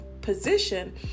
position